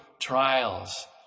trials